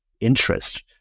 interest